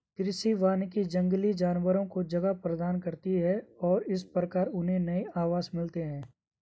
कृषि वानिकी जंगली जानवरों को जगह प्रदान करती है और इस प्रकार उन्हें नए आवास मिलते हैं